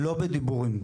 לא בדיבורים,